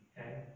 okay